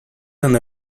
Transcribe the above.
than